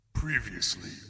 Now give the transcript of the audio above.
Previously